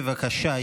בבקשה,